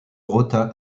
rota